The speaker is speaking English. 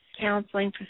counseling